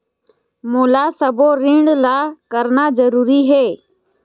मोला सबो ऋण ला करना जरूरी हे?